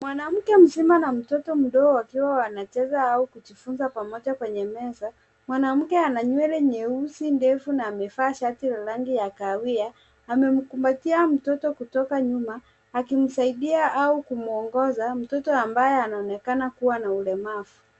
Mwanamke mzima na mtoto mdogo wakiwa wanacheza au kujifunza pamoja kwenye meza. Mwanamke ana nywele nyeusi ndefu na amevaa shati la rangi ya kahawia. Anemkubatia mtoto kutoka nyuma akimsaidia au kumuongoza mtoto ambaye anaonekana kuwa na ulemavu.